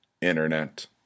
Internet